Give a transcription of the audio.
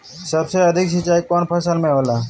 सबसे अधिक सिंचाई कवन फसल में होला?